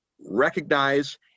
recognize